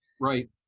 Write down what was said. Right